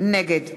נגד